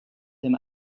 him